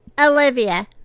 Olivia